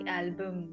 album